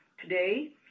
Today